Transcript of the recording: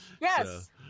Yes